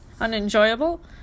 unenjoyable